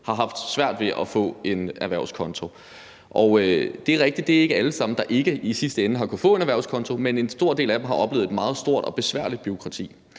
har haft svært ved at få en erhvervskonto. Det er rigtigt, at det ikke er alle sammen, der i sidste ende ikke har kunnet få en erhvervskonto, men en stor del af dem har oplevet et meget stort og besværligt bureaukrati.